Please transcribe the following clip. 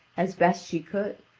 as best she could.